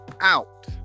out